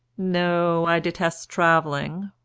no, i detest travelling,